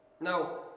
Now